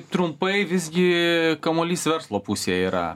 trumpai visgi kamuolys verslo pusėje yra